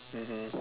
mmhmm